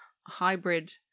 hybrid